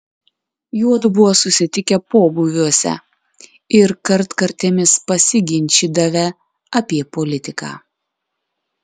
juodu buvo susitikę pobūviuose ir kartkartėmis pasiginčydavę apie politiką